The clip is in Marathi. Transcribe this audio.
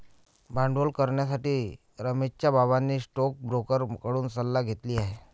भांडवल करण्यासाठी रमेशच्या बाबांनी स्टोकब्रोकर कडून सल्ला घेतली आहे